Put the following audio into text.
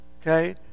okay